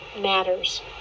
matters